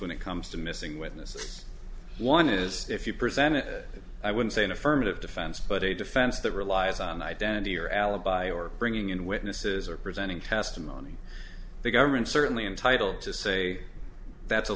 when it comes to missing witnesses one is if you presented i would say an affirmative defense but a defense that relies on identity or alibi or bringing in witnesses or presenting testimony the government certainly entitled to say that's a